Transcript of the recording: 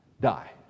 die